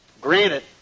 Granted